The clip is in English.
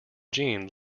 jeanne